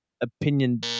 opinion